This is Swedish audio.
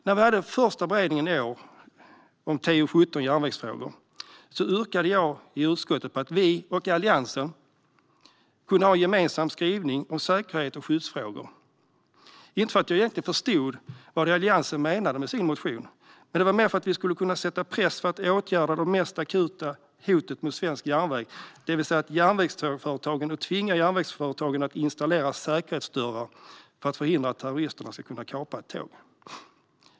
När vi hade den första beredningen i år av TU17 om järnvägsfrågor yrkade jag i utskottet på att vi och Alliansen kunde ha en gemensam skrivning om säkerhet och skyddsfrågor. Jag förstod egentligen inte vad Alliansen menade med sin motion, utan det var mer för att vi skulle kunna sätta press för att åtgärda det mest akuta hotet mot svensk järnväg, det vill säga tvinga järnvägsföretagen att installera säkerhetsdörrar för att förhindra att terrorister kan kapa ett tåg.